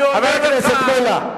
חבר הכנסת מולה.